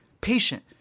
patient